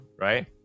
right